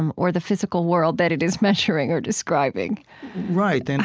um or the physical world that it is measuring or describing right. and